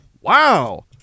Wow